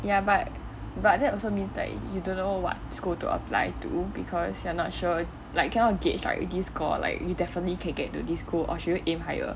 ya but but that also means that you don't know what school to apply to because you're not sure like cannot gauge like this score like you definitely can get into this school or should you aim higher